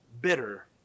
bitter